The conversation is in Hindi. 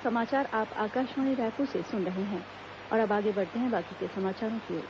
शिक्षा का अधिकार अधिनियम